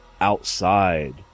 outside